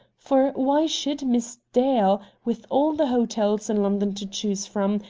for why should miss dale, with all the hotels in london to choose from,